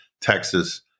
Texas